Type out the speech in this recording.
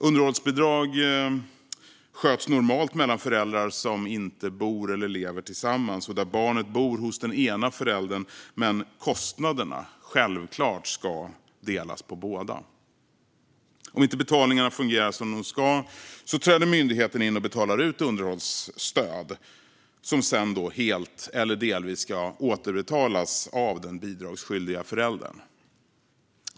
Underhållsbidrag sköts normalt mellan föräldrar som inte bor eller lever tillsammans när barnet bor hos den ena föräldern - kostnaderna ska självklart delas på båda. Om inte betalningarna fungerar som de ska träder myndigheten in och betalar ut underhållsstöd, som sedan helt eller delvis ska återbetalas av den bidragsskyldiga föräldern.